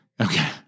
Okay